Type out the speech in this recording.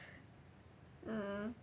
mm